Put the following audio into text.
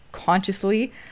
consciously